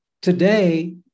today